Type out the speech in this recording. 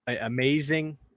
Amazing